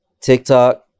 TikTok